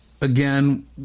again